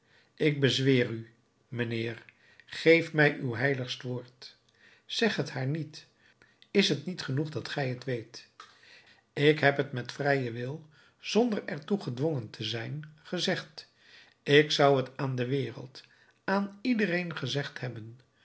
ik bezweer u mijnheer geef mij uw heiligst woord zeg het haar niet is t niet genoeg dat gij het weet ik heb het met vrijen wil zonder er toe gedwongen te zijn gezegd ik zou t aan de wereld aan iedereen gezegd hebben